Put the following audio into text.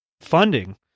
funding